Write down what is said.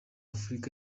afurika